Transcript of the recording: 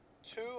Two